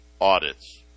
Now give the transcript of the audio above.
audits